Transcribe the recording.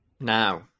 Now